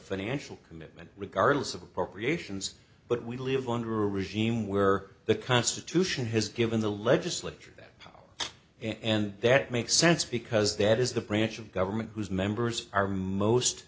financial commitment regardless of appropriations but we live under a regime where the constitution has given the legislature that and that makes sense because that is the branch of government whose members are most